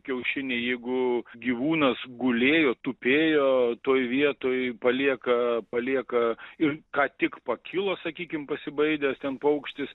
kiaušiniai jeigu gyvūnas gulėjo tupėjo toj vietoj palieka palieka ir ką tik pakilo sakykim pasibaidęs ten paukštis